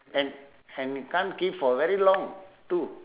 and and you can't keep for very long too